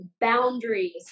boundaries